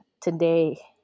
today